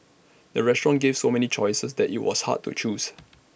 the restaurant gave so many choices that IT was hard to choose